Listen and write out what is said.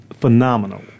phenomenal